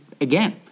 again